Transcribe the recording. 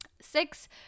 Six